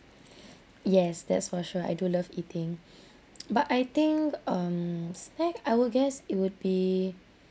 yes that's for sure I do love eating but I think um snack I will guess it would be